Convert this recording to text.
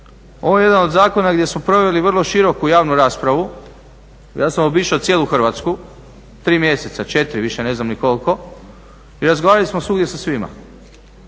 ovo je jedan od zakona gdje smo proveli vrlo široku javnu raspravu. I ja sam obišao cijelu Hrvatsku, tri mjeseca, četiri više ne znam ni koliko i razgovarali smo svuda sa svima.